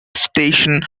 station